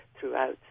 throughout